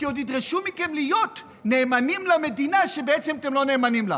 כי עוד ידרשו מכם להיות נאמנים למדינה שבעצם אתם לא נאמנים לה.